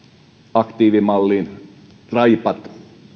aktiivimallin raipat